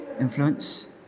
influence